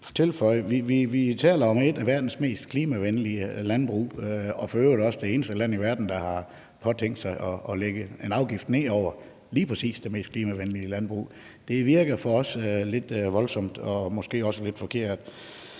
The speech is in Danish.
vi taler om et af verdens mest klimavenlige landbrug og for øvrigt også det eneste land i verden, der har tænkt sig at lægge en afgift ned over lige præcis det mest klimavenlige landbrug. Det virker for os lidt voldsomt og måske også lidt forkert.